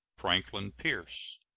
franklin pierce,